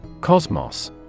Cosmos